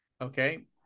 Okay